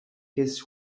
his